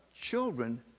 children